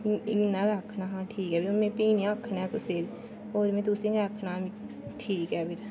इन्ना गे आखना हा के ठीक ऐ फ्ही में हून नी आखना ऐ कुसै गी बी और में तुसें गी गे आखना हा ठीक ऐ फिर